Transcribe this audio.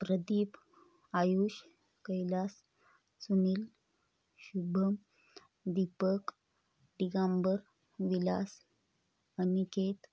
Pradeep Ayush Kailas Sunil Shubham Deepak Digambar Vilas Aniket